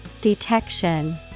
detection